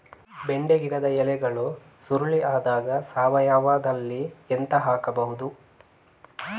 ಬೆಂಡೆ ಗಿಡದ ಎಲೆಗಳು ಸುರುಳಿ ಆದಾಗ ಸಾವಯವದಲ್ಲಿ ಎಂತ ಹಾಕಬಹುದು?